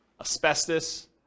asbestos